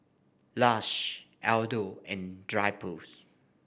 Lush Aldo and Drypers